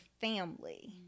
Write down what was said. family